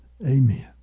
Amen